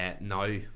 now